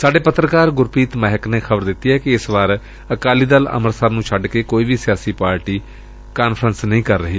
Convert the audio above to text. ਸਾਡੇ ਪੱਤਰਕਾਰ ਗੁਰਪ੍ੀਤ ਮਹਿਕ ਨੇ ਖ਼ਬਰ ਦਿੱਤੀ ਏ ਕਿ ਇਸ ਵਾਰ ਅਕਾਲੀ ਦਲ ਅੰਮ੍ਰਿਤਸਰ ਨੂੰ ਛੱਡ ਕੇ ਕੋਈ ਵੀ ਸਿਆਸੀ ਪਾਰਟੀ ਕਾਨਫਰੰਸ ਨਹੀਂ ਕਰ ਰਹੀ